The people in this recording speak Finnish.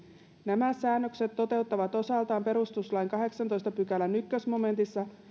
nämä säännökset toteuttavat osaltaan perustuslain kahdeksannentoista pykälän ensimmäisessä momentissa